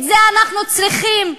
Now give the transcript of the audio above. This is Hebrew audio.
את זה אנחנו צריכים,